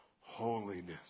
holiness